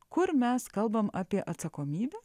kur mes kalbam apie atsakomybę